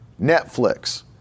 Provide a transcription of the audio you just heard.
Netflix